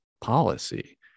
policy